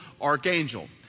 archangel